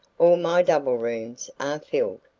all my double rooms are filled.